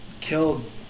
killed